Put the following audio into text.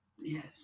Yes